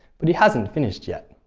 but he hasn't finished yet.